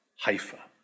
Haifa